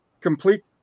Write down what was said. complete